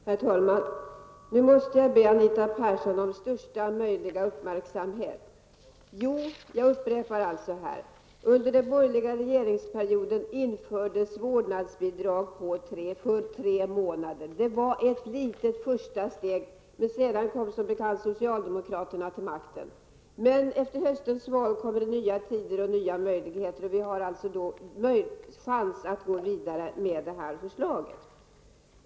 Herr talman! Nu måste jag be Anita Persson om största möjliga uppmärksamhet. Jag upprepar att man under den borgerliga regeringsperioden införde vårdnadsbidrag för tre månader. Det var ett litet första steg. Men sedan kom som bekant socialdemokraterna till makten. Men efter höstens val kommer det nya tider och nya möjligheter, och vi kan då gå vidare med detta förslag.